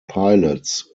pilots